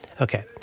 Okay